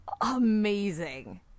amazing